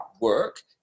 work